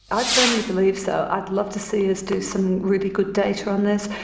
i firmly believe so. i'd love to see us do some really good data on this.